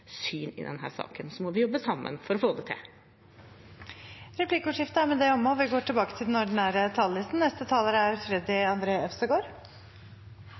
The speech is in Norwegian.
syn i denne saken. Så må vi jobbe sammen for å få det til. Replikkordskiftet er omme. Noe av det beste med Norge er små forskjeller og sterke fellesskap. Vi